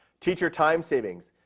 teacher time savings,